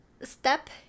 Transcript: step